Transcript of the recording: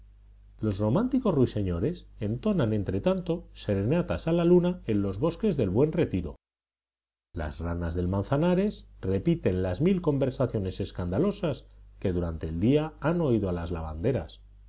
los románticos ruiseñores entonan entretanto serenatas a la luna en los bosques del buen retiro las ranas del manzanares repiten las mil conversaciones escandalosas que durante el día han oído a las lavanderas